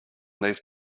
these